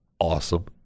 Awesome